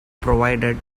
provided